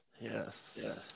yes